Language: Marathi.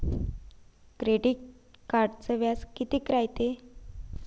क्रेडिट कार्डचं व्याज कितीक रायते?